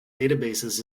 databases